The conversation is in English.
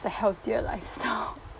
the healthier lifestyle